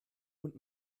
und